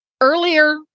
Earlier